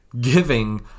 giving